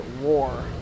War